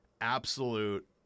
absolute